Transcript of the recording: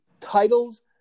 Titles